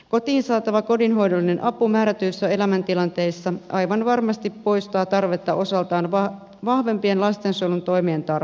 kotiin saatava kodinhoidollinen apu määrätyissä elämäntilanteissa aivan varmasti poistaa osaltaan tarvetta vahvempien lastensuojelutoimien tarpeeseen